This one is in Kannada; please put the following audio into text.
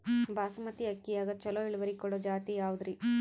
ಬಾಸಮತಿ ಅಕ್ಕಿಯಾಗ ಚಲೋ ಇಳುವರಿ ಕೊಡೊ ಜಾತಿ ಯಾವಾದ್ರಿ?